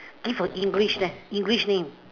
give a English leh English name